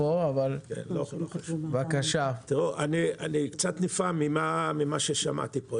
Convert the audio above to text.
אני קצת נפעם ממה ששמעתי פה.